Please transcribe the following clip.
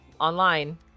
online